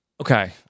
okay